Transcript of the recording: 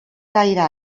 gaire